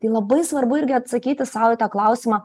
tai labai svarbu irgi atsakyti sau į tą klausimą